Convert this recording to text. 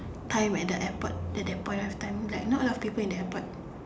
time at the airport at that point of time like not a lot of people in the airport